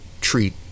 treat